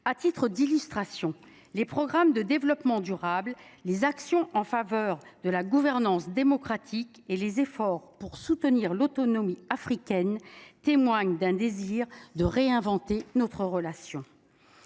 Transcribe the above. À titre d'illustration, les programmes de développement durable, les actions en faveur de la gouvernance démocratique et les efforts pour soutenir l'autonomie africaine témoigne d'un désir de réinventer notre relation.